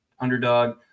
underdog